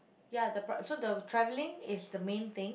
ya the pr~ so the traveling is the main thing